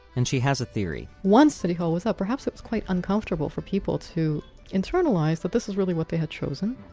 and she has a theory once city hall was up, perhaps it was quite uncomfortable for people to internalize that this was really what they had chosen,